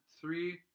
three